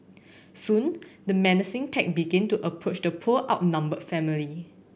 soon the menacing pack began to approach the poor outnumbered family